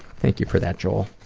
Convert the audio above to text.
thank you for that joel.